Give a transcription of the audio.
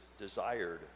desired